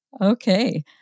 Okay